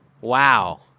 Wow